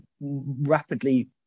rapidly